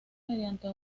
mediante